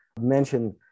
mentioned